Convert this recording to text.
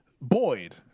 Boyd